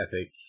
epic